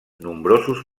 nombrosos